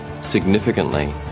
significantly